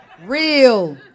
Real